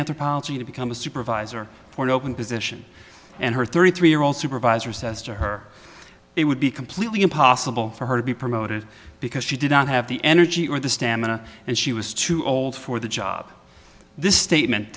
anthropology to become a supervisor for an open position and her thirty three year old supervisor says to her it would be completely impossible for her to be promoted because she did not have the energy or the stamina and she was too old for the job this statement